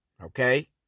okay